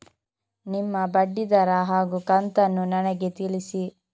ನಿಮ್ಮ ಬಡ್ಡಿದರ ಹಾಗೂ ಕಂತನ್ನು ನನಗೆ ತಿಳಿಸಿ?